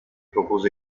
propose